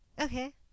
okay